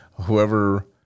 whoever